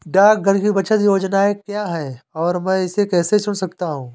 डाकघर की बचत योजनाएँ क्या हैं और मैं इसे कैसे चुन सकता हूँ?